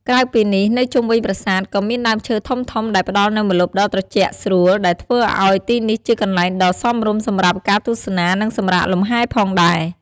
ក្រៅពីនេះ នៅជុំវិញប្រាសាទក៏មានដើមឈើធំៗដែលផ្តល់នូវម្លប់ដ៏ត្រជាក់ស្រួល ដែលធ្វើឲ្យទីនេះជាកន្លែងដ៏សមរម្យសម្រាប់ការទស្សនានិងសម្រាកលម្ហែផងដែរ។